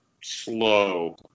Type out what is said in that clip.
slow